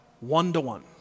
one-to-one